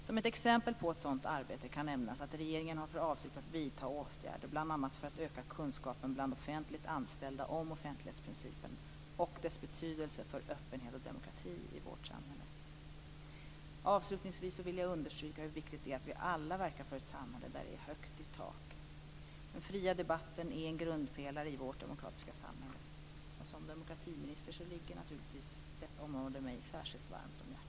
Som ett exempel på ett sådant arbete kan nämnas att regeringen har för avsikt att vidta åtgärder bl.a. för att öka kunskapen bland offentligt anställda om offentlighetsprincipen och dess betydelse för öppenhet och demokrati i vårt samhälle. Avslutningsvis vill jag understryka hur viktigt det är att vi alla verkar för ett samhälle där det är "högt i tak". Den fria debatten är en grundpelare i vårt demokratiska samhälle, och som demokratiminister ligger detta område mig naturligtvis särskilt varmt om hjärtat.